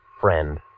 Friend